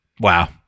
Wow